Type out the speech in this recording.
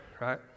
right